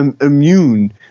immune